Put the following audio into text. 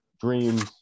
dreams